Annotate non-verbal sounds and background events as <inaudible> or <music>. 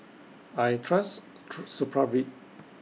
I Trust <unintelligible> Supravit